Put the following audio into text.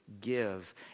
give